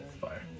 fire